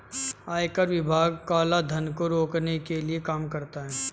आयकर विभाग काला धन को रोकने के लिए काम करता है